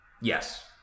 Yes